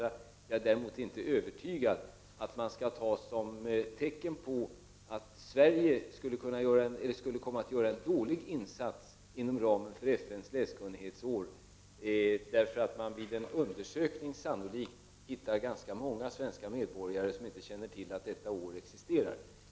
Jag är däremot inte övertygad om att det förhållandet att man vid en undersökning sannolikt kommer att finna att ganska många medborgare inte känner till att FN:s läskunnighetsår existerar skall tas som tecken på att Sverige skulle komma att göra en dålig insats inom ramen för läskunnighetsåret.